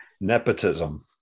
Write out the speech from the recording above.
Nepotism